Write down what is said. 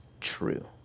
true